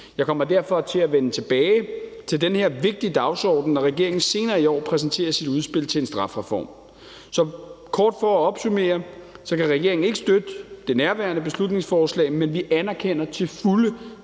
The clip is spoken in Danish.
Jeg kommer derfor til at vende tilbage til den her vigtige dagsorden, når regeringen senere i år præsenterer sit udspil til en strafreform. Så for kort at opsummere vil jeg sige, at regeringen ikke kan støtte nærværende beslutningsforslag, men at vi til fulde